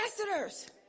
ambassadors